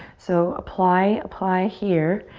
so apply, apply here.